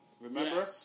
Remember